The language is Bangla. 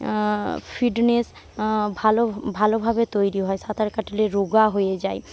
ফিটনেস ভালো ভালোভাবে তৈরি হয় সাঁতার কাটলে রোগা হয়ে যায়